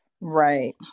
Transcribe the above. Right